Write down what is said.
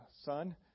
son